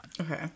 Okay